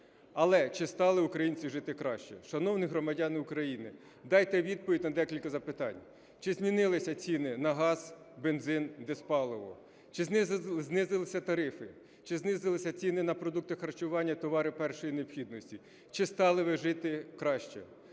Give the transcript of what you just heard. Але чи стали українці жити краще? Шановні громадяни України, дайте відповідь на декілька запитань. Чи змінилися ціни на газ, бензин, дизпаливо? Чи знизилися тарифи? Чи знизилися ціни на продукти харчування, товари першої необхідності? Чи стали ви жити краще?